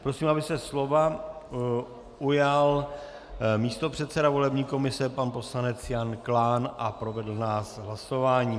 Prosím, aby se slova ujal místopředseda volební komise pan poslanec Jan Klán a provedl nás hlasováním.